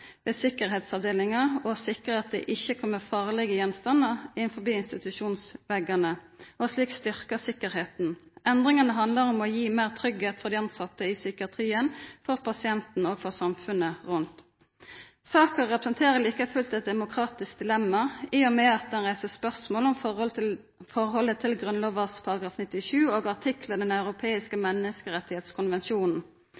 ved sikkerheitsavdelingar å sikra at det ikkje kjem farlege gjenstandar innafor institusjonsveggane, og såleis styrkja sikkerheita. Endringane handlar om å gi meir tryggleik for dei tilsette i psykiatrien, for pasienten og for samfunnet rundt. Saka representerer likevel eit demokratisk dilemma, i og med at ho reiser spørsmål om forholdet til Grunnlova § 97 og artiklar i Den europeiske